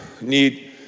need